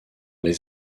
les